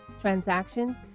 transactions